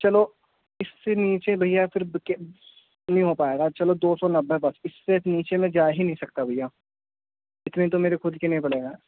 چلو اس سے نیچے بھیا پھر نہیں ہو پائے گا چلو دو سو نبے بس اس سے نیچے میں جا ہی نہیں سکتا بھیا اتنے تو میرے خود کے نہیں پڑے غا